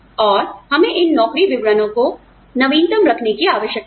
और हमें इन नौकरी विवरणों को नवीनतम रखने की आवश्यकता है